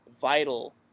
vital